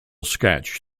sketch